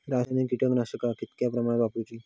रासायनिक कीटकनाशका कितक्या प्रमाणात वापरूची?